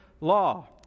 law